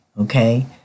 Okay